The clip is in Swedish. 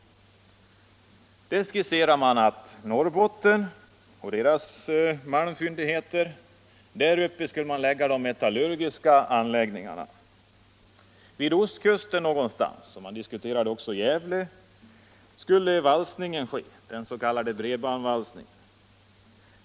I den skissen utgick man från att de metallurgiska anläggningarna skulle läggas vid Norrbottens malmfyndigheter. Någonstans på ostkusten — man diskuterade Gävle — skulle valsningen ske, den s.k. bredbandsvalsningen.